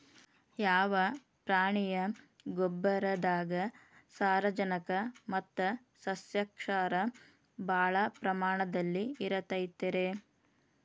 ಯಾವ ಪ್ರಾಣಿಯ ಗೊಬ್ಬರದಾಗ ಸಾರಜನಕ ಮತ್ತ ಸಸ್ಯಕ್ಷಾರ ಭಾಳ ಪ್ರಮಾಣದಲ್ಲಿ ಇರುತೈತರೇ?